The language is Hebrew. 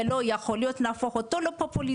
ולא יכול להיות שנהפוך את זה לפופוליזם.